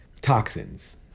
Toxins